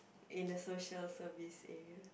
in a social service area